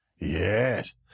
Yes